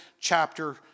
chapter